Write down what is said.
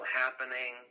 happening